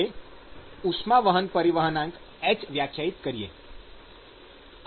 હવે આપણે ઉષ્મા પરિવહનાંક h વ્યાખ્યાયિત કરીએ